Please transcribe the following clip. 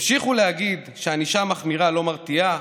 המשיכו להגיד שענישה מחמירה לא מרתיעה,